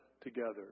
together